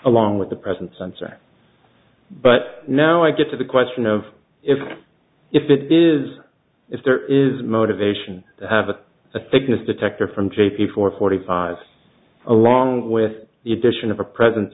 along with the present sensor but now i get to the question of if if it is if there is motivation to have a thickness detector from j p four forty five along with the addition of a presen